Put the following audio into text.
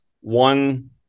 one